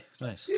Nice